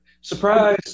Surprise